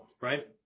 right